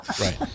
Right